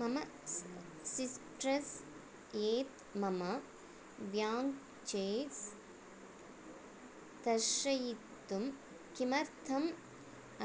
मम स् सिस्ट्रस् ऐत् मम ब्याङ्क् चेस् दर्शयितुं किमर्थम्